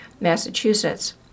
Massachusetts